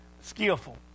skillful